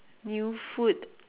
new food